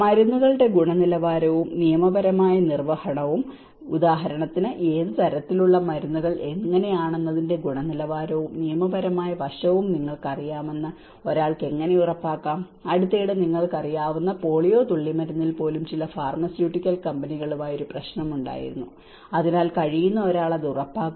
മരുന്നുകളുടെ ഗുണനിലവാരവും നിയമപരമായ നിർവ്വഹണവും ഉദാഹരണത്തിന് ഏത് തരത്തിലുള്ള മരുന്നുകൾ എങ്ങനെയാണെന്നതിന്റെ ഗുണനിലവാരവും നിയമപരമായ വശവും നിങ്ങൾക്കറിയാമെന്ന് ഒരാൾക്ക് എങ്ങനെ ഉറപ്പാക്കാം അടുത്തിടെ നിങ്ങൾക്ക് അറിയാവുന്ന പോളിയോ തുള്ളിമരുന്നിൽ പോലും ചില ഫാർമസ്യൂട്ടിക്കൽ കമ്പനികളുമായി ഒരു പ്രശ്നമുണ്ടായിരുന്നു അതിനാൽ കഴിയുന്ന ഒരാൾ അത് ഉറപ്പാക്കുക